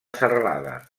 serralada